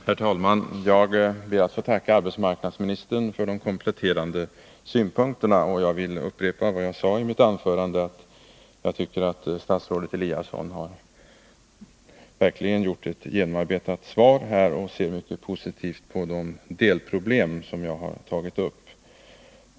Herr talman! Jag ber att få tacka arbetsmarknadsministern för de kompletterande synpunkterna. Jag vill upprepa vad jag sade i mitt anförande, nämligen att jag tycker att statsrådet Eliasson verkligen har givit ett genomarbetat svar och att han ser mycket positivt på de delproblem som jag tagit upp.